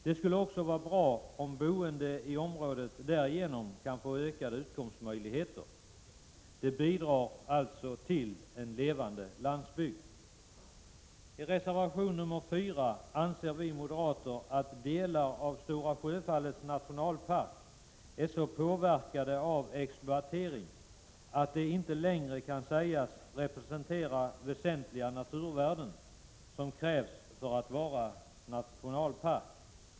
Det skulle också vara bra om boende i området därigenom kan få ökade utkomstmöjligheter; det bidrar till en levande landsbygd. I reservation 4 anser vi moderater att delar av Stora Sjöfallets nationalpark är så påverkade av exploatering att de inte längre kan sägas representera sådana väsentliga naturvärden som krävs för att ett område skall få vara nationalpark.